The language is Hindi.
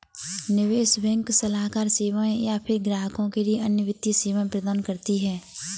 निवेश बैंक सलाहकार सेवाएँ या फ़िर ग्राहकों के लिए अन्य वित्तीय सेवाएँ प्रदान करती है